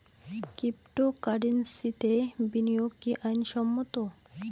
ক্রিপ্টোকারেন্সিতে বিনিয়োগ কি আইন সম্মত?